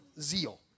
zeal